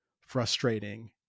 frustrating